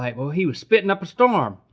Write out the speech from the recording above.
like, he was spittin' up a storm.